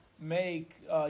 make